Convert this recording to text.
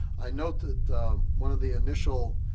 i note that one of the initial